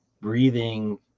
breathing